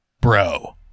Bro